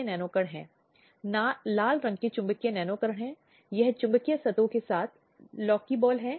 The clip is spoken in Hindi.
घरेलू रिश्ते से क्या मतलब है सभी व्यक्ति जो एक साझा घर में एक साथ रह रहे हैं